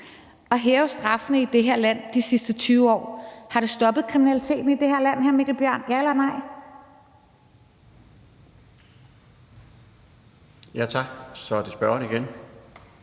at hæve straffene i det her land de sidste 20 år. Har det stoppet kriminaliteten i det her land, hr. Mikkel Bjørn – ja eller nej? Kl. 17:10 Den